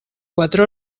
quatre